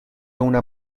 una